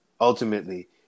Ultimately